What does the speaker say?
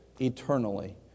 eternally